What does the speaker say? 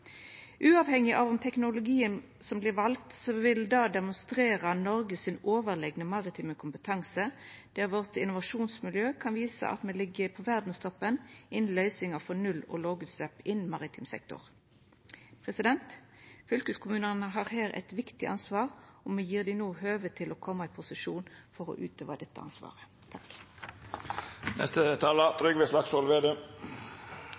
Uavhengig av teknologien som vert vald, vil det demonstrera Noreg sin overlegne maritime kompetanse, der våre innovasjonsmiljø kan visa at me ligg på verdstoppen i løysingar for null- og lågutslepp innan maritim sektor. Fylkeskommunane har her eit viktig ansvar, og me gjev dei no høve til å koma i posisjon til å utøva dette ansvaret.